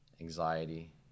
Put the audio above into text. anxiety